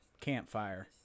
campfire